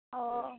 ᱚᱸᱻ